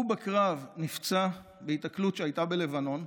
הוא נפצע בהיתקלות שהייתה בלבנון,